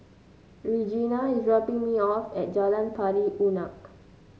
Regina is dropping me off at Jalan Pari Unak